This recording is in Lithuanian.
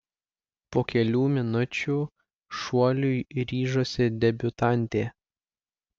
po kelių minučių šuoliui ryžosi debiutantė